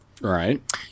Right